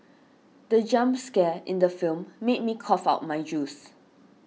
the jump scare in the film made me cough out my juice